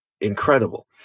incredible